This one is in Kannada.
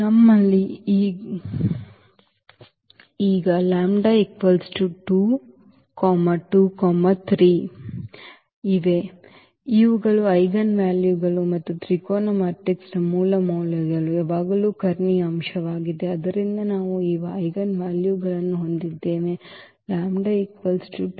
ನಮ್ಮಲ್ಲಿ ಈ λ 2 2 3 ಇವೆ ಇವುಗಳು ಐಜೆನ್ವಾಲ್ಯೂಗಳು ಮತ್ತು ತ್ರಿಕೋನ ಮ್ಯಾಟ್ರಿಕ್ಸ್ನ ಮೂಲ ಮೌಲ್ಯಗಳು ಯಾವಾಗಲೂ ಕರ್ಣೀಯ ಅಂಶವಾಗಿದೆ ಆದ್ದರಿಂದ ನಾವು ಈ ಐಜೆನ್ವಾಲ್ಯೂಗಳನ್ನು ಹೊಂದಿದ್ದೇವೆ λ 2 2 3